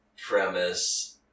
premise